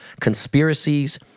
conspiracies